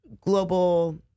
global